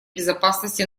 безопасности